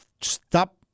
stop